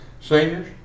seniors